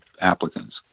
applicants